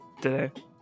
today